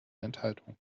enthaltungen